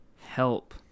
help